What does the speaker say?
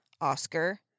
Oscar